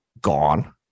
gone